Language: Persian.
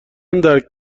درک